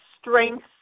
strengths